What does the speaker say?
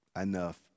enough